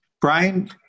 Brian